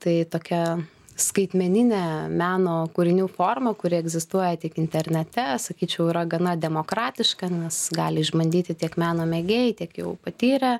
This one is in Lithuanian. tai tokia skaitmeninė meno kūrinių forma kuri egzistuoja tik internete sakyčiau yra gana demokratiška nes gali išbandyti tiek meno mėgėjai tiek jau patyrę